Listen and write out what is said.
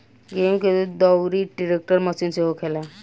गेहूं के दउरी ट्रेक्टर मशीन से होखेला